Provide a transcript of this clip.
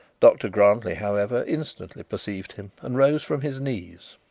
dr grantly, however, instantly perceived him, and rose from his knees.